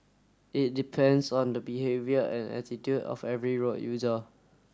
it depends on the behaviour and attitude of every road user